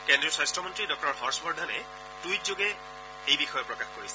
কেন্দ্ৰীয় স্বাস্থ্যমন্ত্ৰী ডাঃ হৰ্যবৰ্ধনে টুইটযোগে এই বিষয়ে প্ৰকাশ কৰিছে